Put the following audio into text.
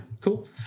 cool